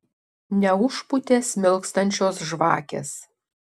neužpūtė smilkstančios žvakės